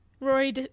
rory